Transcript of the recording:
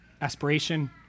aspiration